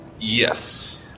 Yes